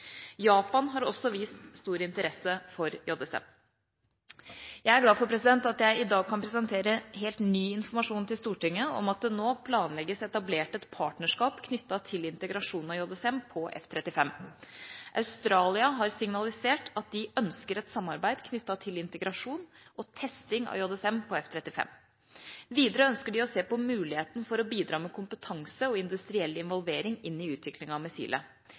Japan har også vist stor interesse for JSM. Jeg er glad for at jeg i dag kan presentere helt ny informasjon til Stortinget om at det nå planlegges etablert et partnerskap knyttet til integrasjon av JSM på F-35. Australia har signalisert at de ønsker et samarbeid knyttet til integrasjon og testing av JSM på F-35. Videre ønsker de å se på muligheten for å bidra med kompetanse og industriell involvering inn i utviklinga